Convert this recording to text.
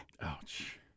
Ouch